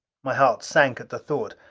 my heart sank at the thought.